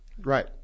Right